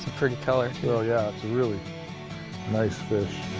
pretty color. oh, yeah. it's a really nice fish.